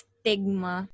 Stigma